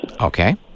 Okay